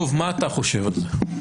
דב, מה אתה חושב על זה?